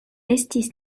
estis